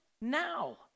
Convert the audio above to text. now